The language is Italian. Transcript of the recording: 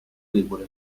debole